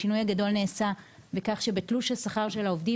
השינוי הגדול נעשה בכך שבתלוש השכר של העובדים,